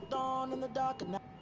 um and the dock and